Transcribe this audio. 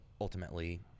ultimately